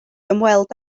ymweld